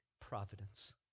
providence